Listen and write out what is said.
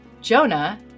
Jonah